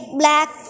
black